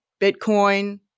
Bitcoin